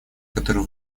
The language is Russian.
который